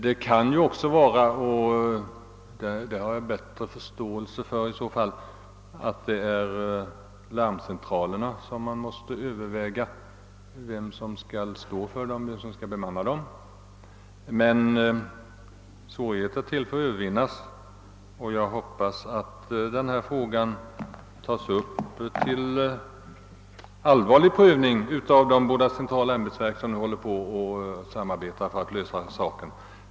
Det kan också vara så — och det har jag i så fall bättre förståelse för — att man måste överväga vem det är som skall stå för larmcentralerna och som skall bemanna dessa. Men svårigheter är till för att övervinnas, och jag hoppas att denna fråga tas upp till allvarlig prövning av de båda centrala ämbetsverk som nu samarbetar för att lösa den.